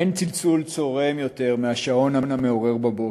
אין צלצול צורם יותר מצלצול השעון המעורר בבוקר,